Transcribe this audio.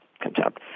contempt